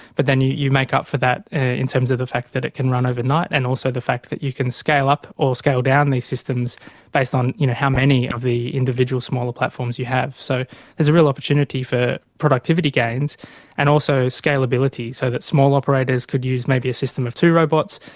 but then you you make up for that in terms of the fact that it can run overnight and also the fact that you can scale up or scale down these systems based on you know how many of the individual smaller platforms you have. so there's a real opportunity for productivity gains and also scalability, so that small operators could use maybe a system of two robots,